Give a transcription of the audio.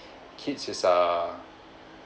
kid is a